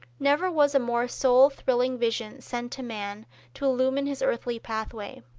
never was a more soul-thrilling vision sent to man to illumine his earthly pathway.